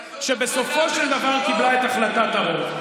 שבסופו של דבר קיבלה את החלטת הרוב.